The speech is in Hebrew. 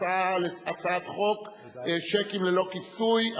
הצעת חוק שיקים ללא כיסוי,